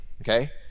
okay